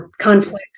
conflict